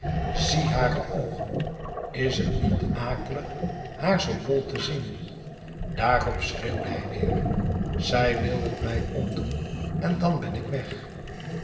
zie hare oogen is het niet akelig haar zoo dol te zien daarop schreeuwde hij weder zij wil het mij omdoen en dan ben ik weg